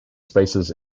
spaces